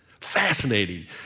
fascinating